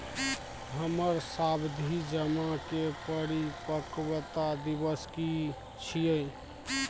हमर सावधि जमा के परिपक्वता दिवस की छियै?